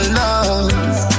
love